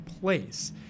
place